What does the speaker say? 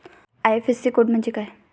IFSC code म्हणजे काय?